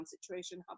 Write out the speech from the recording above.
situation